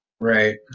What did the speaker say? Right